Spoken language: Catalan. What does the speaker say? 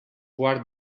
guard